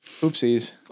Oopsies